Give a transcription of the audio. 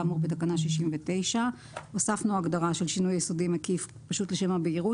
כאמור בתקנה 69. לשם הבהירות,